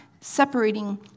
separating